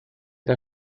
der